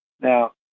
Now